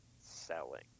selling